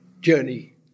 journey